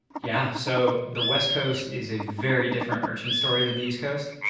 yeah so the west coast is a very different urchin story than the east coast.